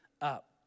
up